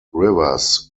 rivers